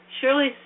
Surely